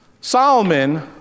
Solomon